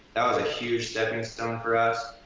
that was a huge stepping stone for us.